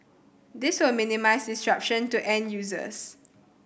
this will minimise disruption to end users